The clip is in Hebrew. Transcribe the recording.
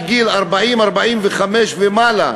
מגיל 45-40 ומעלה.